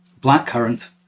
blackcurrant